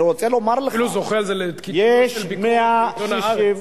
אפילו זוכה על זה בביקורת של עיתון "הארץ".